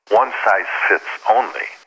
one-size-fits-only